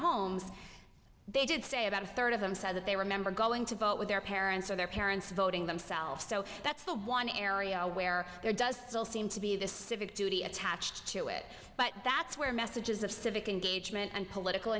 homes they did say about a third of them said that they remember going to vote with their parents or their parents voting themselves so that's the one area where there does seem to be this civic duty attached to it but that's where messages of civic engagement and political